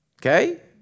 Okay